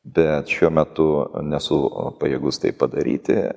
bet šiuo metu nesu pajėgus tai padaryti